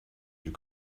you